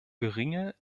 geringe